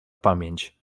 pamięć